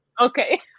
Okay